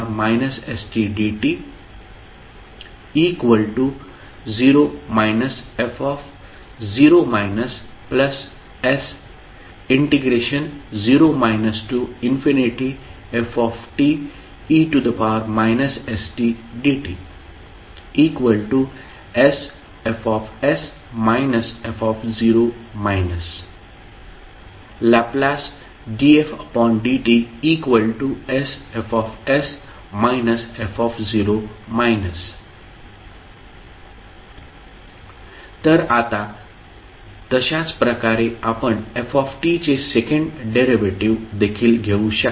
मग Ldfdtfte st।0 0 ft se stdt 0 f0 s0 fte stdtsFs f Ldfdt sFs f तर आता तशाच प्रकारे आपण f चे सेकंड डेरिव्हेटिव्ह देखील घेऊ शकता